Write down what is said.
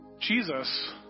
Jesus